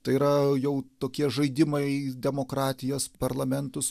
tai yra jau tokie žaidimai demokratijas parlamentus